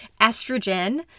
Estrogen